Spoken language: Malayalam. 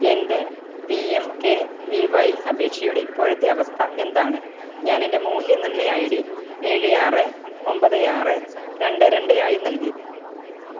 എൻ്റെ P M K V Y അപേക്ഷയുടെ ഇപ്പോഴത്തെ അവസ്ഥ എന്താണ് ഞാൻ എൻ്റെ മൂല്യനിർണ്ണയ ഐ ഡി ഏഴ് ആറ് ഒന്പത് ആറ് രണ്ട് രണ്ട് ആയി നൽകി